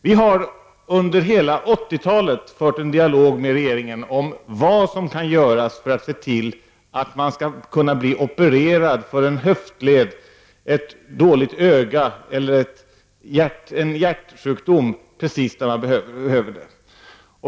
Vi har under hela 1980-talet fört en dialog med regeringen om vad som kan göras för att se till att människor kan bli opererade för dåliga höftleder, dåliga ögon eller en hjärtsjukdom just när de behöver det.